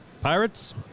Pirates